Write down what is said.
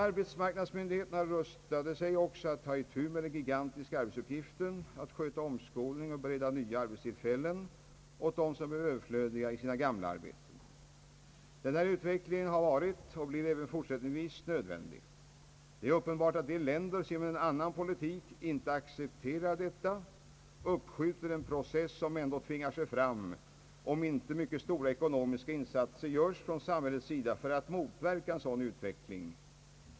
Arbeismarknadsmyndigheterna rustade sig också att ta itu med den gigantiska arbetsuppgiften att sköta omskolning och bereda nya arbetstillfällen åt dem som blir överflödiga i sina gamla arbeten. Denna utveckling har varit och blir även i fortsättningen nödvändig. Det är uppenbart, och de länder som genom att föra en annan politik inte accepterar detia uppskjuter en process som ändå tvingar sig fram om inte mycket stora ekonomiska insatser görs från samhällets sida för att motverka en sådan utveckling.